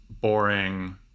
boring